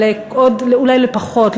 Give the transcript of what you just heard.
אולי לפחות,